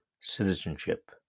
citizenship